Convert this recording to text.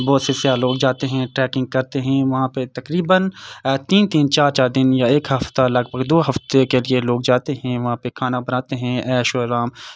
بہت سے سیاح لوگ جاتے ہیں ٹریکنگ کرتے ہیں وہاں پہ تقریباً تین تین چار چار دن یا ایک ہفتہ لگ بھگ دو ہفتے کے لیے لوگ جاتے ہیں وہاں پہ کھانا بناتے ہیں عیش و آرام